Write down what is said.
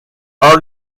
are